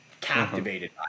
captivated